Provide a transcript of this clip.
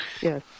yes